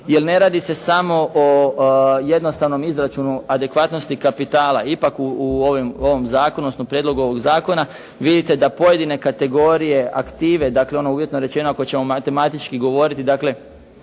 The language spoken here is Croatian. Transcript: jer ne radi se samo o jednostavnom izračunu adekvatnosti kapitala. Ipak u ovom zakonu, odnosno prijedlogu ovog zakona vidite da pojedine kategorije, aktive, dakle ono uvjetno rečeno ako ćemo matematički govoriti, dakle